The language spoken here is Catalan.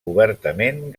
obertament